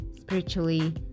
spiritually